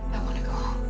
i want to go home